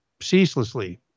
ceaselessly